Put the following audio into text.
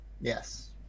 Yes